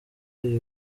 iyi